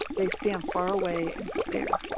they stand far away and stare.